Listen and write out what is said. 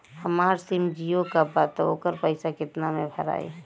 हमार SIM Jio का बा त ओकर पैसा कितना मे भराई?